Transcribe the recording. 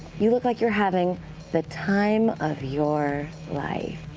you look like you're having the time of your life.